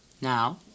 Now